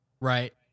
Right